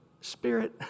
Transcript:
Spirit